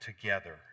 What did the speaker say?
together